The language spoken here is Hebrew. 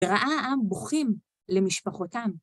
וראה העם בוכים למשפחותם.